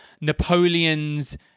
Napoleon's